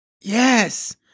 Yes